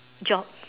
job